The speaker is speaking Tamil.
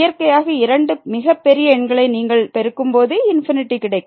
இயற்கையாக இரண்டு மிக பெரிய எண்களை நீங்கள் பெருக்கும் போது கிடைக்கும்